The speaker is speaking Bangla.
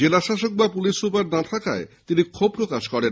জেলাশসক বা পুলিশ সুপার না আসায় তিনি ক্ষোভ প্রকাশ করেন